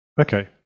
Okay